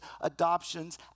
adoptions